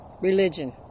religion